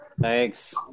thanks